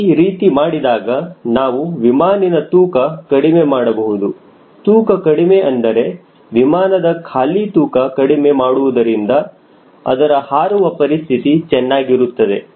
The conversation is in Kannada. ಈ ರೀತಿ ಮಾಡಿದಾಗ ನಾನು ವಿಮಾನಿನ್ ತೂಕ ಕಡಿಮೆ ಮಾಡಬಹುದು ತೂಕ ಕಡಿಮೆ ಅಂದರೆ ವಿಮಾನದ ಖಾಲಿ ತೂಕ ಕಡಿಮೆ ಮಾಡುವುದರಿಂದ ಅದರ ಹಾರುವ ಪರಿಸ್ಥಿತಿ ಚೆನ್ನಾಗಿರುತ್ತದೆ